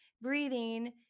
breathing